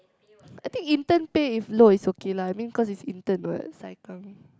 I think intern pay if low it's okay lah I mean cause it's intern [what] saikang